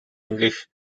english